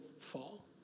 fall